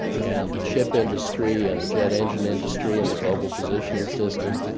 and the chip industry and the jet engine industry, and the global positioning system,